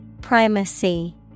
Primacy